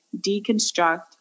deconstruct